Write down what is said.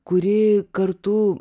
kuri kartu